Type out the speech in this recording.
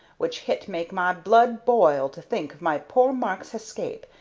which hit make my blood boil to think of my pore mark's hescape,